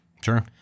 Sure